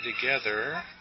together